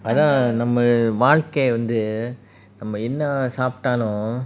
அதான் நம்ம வாழ்க்கை வந்து நம்ம என்ன சாப்டாலும்:athaan namma vazhgai vanthu namma enna saptalum